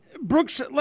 Brooks